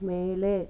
மேலே